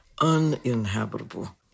uninhabitable